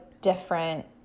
different